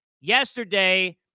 Yesterday